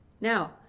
Now